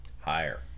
Higher